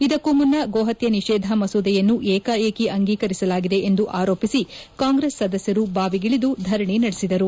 ಇದಕ್ಕೂ ಮುನ್ನ ಗೋಹತ್ಯೆ ನಿಷೇಧ ಮಸೂದೆಯನ್ನು ಏಕಾಏಕಿ ಅಂಗೀಕರಿಸಲಾಗಿದೆ ಎಂದು ಆರೋಪಿಸಿ ಕಾಂಗ್ರೆಸ್ ಸದಸ್ಯರು ಬಾವಿಗಿಳಿದು ಧರಣಿ ನಡೆಸಿದರು